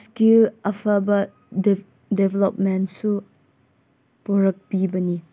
skill ꯑꯐꯕ ꯗꯦꯕꯂꯞꯃꯦꯟꯁꯨ ꯄꯨꯔꯛꯄꯤꯕꯅꯤ